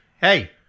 hey